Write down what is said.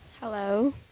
Hello